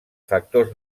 factors